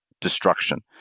destruction